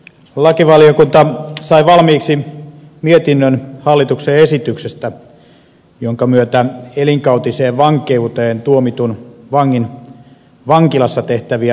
lakivaliokunta sai valmiiksi mietinnön hallituksen esityksestä jonka myötä elinkautiseen vankeuteen tuomitun vangin vankilassa tehtäviä riskiarvioita lisätään